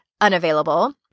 unavailable